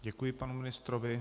Děkuji panu ministrovi.